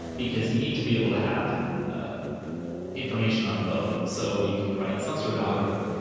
because you need to be able to have ah information on both, so you can write some sort of algorithm.